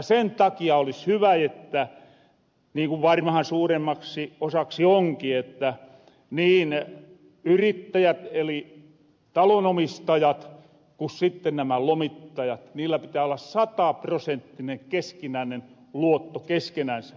sen takia olis hyvä niin ku varmahan suuremmaksi osaksi onkin että niin yrittäjillä eli talonomistajilla ku sitte näillä lomittajilla pitää olla sataprosenttinen keskinäinen luotto keskenänsä